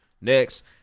Next